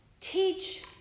teach